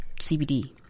CBD